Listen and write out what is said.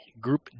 group